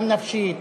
גם נפשית,